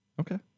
Okay